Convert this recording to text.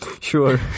Sure